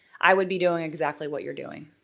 i would be doing exactly what you're doing,